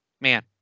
Man